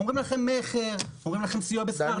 אומרים לכם: מכר, אומרים לכם: סיוע בשכר דירה.